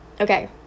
Okay